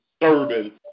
disturbing